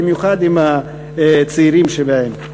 במיוחד עם הצעירים שלהם.